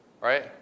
right